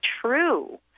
true